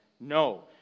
no